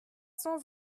cent